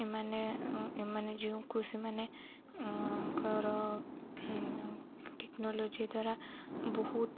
ଏମାନେ ଏମାନେ ଯେଉଁ କୃଷିମାନଙ୍କର ଟେକ୍ନୋଲୋଜି ଦ୍ୱାରା ବହୁତ